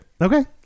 Okay